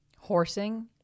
Horsing